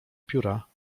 pióra